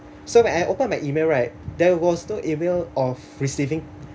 so when I open my email right there was no email of receiving